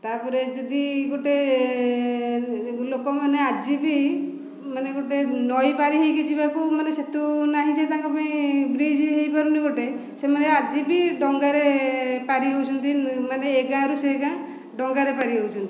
ତାପରେ ଯଦି ଗୋଟିଏ ଲୋକ ମାନେ ଆଜି ବି ମାନେ ଗୋଟିଏ ନଈ ପାରି ହୋଇକି ଯିବାକୁ ମାନେ ସେତୁ ନାହିଁ ଯେ ତାଙ୍କ ପାଇଁ ବ୍ରିଜ ହୋଇପାରୁନି ଗୋଟିଏ ସେମାନେ ଆଜି ବି ଡଙ୍ଗାରେ ପାରି ହେଉଛନ୍ତି ମାନେ ଏ ଗାଁ ରୁ ସେ ଗାଁ ଡଙ୍ଗା ରେ ପାରି ହେଉଛନ୍ତି